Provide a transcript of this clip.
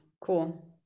Cool